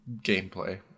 gameplay